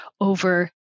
over